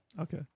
Okay